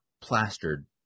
plastered